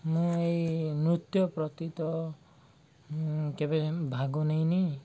ମୁଁ ଏଇ ନୃତ୍ୟ ପ୍ରତିତ କେବେ ଭାଗ ନେଇନି